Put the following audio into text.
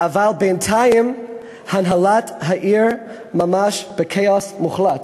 אבל בינתיים הנהלת העיר ממש בכאוס מוחלט: